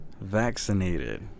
vaccinated